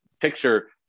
picture